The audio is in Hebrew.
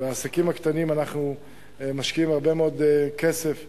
בעסקים הקטנים אנחנו משקיעים הרבה מאוד כסף במגזר.